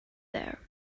there